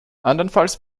andernfalls